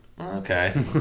Okay